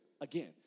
again